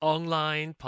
Online